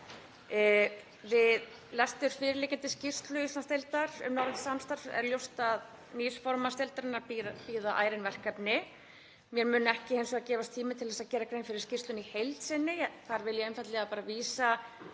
Við lestur fyrirliggjandi skýrslu Íslandsdeildar um norrænt samstarf er ljóst að nýs formanns deildarinnar bíða ærin verkefni. Mér mun ekki gefast tími til þess að gera grein fyrir skýrslunni í heild sinni. Þar vil ég einfaldlega vísa